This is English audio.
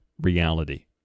reality